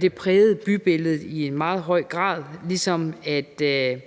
det prægede i meget høj grad bybilledet.